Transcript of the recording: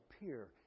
appear